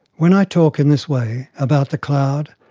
when i talk in this way, about the cloud,